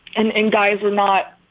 and and guys were not,